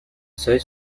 seuil